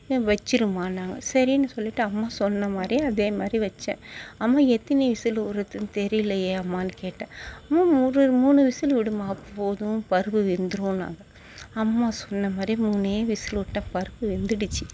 நீ வச்சிடுமான்னாங்க சரினு சொல்லிவிட்டு அம்மா சொன்ன மாதிரி அதே மாதிரி வச்சேன் அம்மா எத்தினி விசிலு விட்றதுனு தெரியலயே அம்மான்னு கேட்டேன் மூணு விடு மூணு விசிலு விடுமான்னு போதும் பருப்பு வெந்துடுன்னாங்க அம்மா சொன்னமாதிரி மூணே விசிலு விட்டன் பருப்பு வெந்துடிச்சு